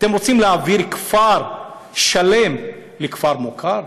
אתם רוצים להעביר כפר שלם לכפר מוכר?